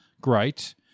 great